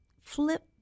Flip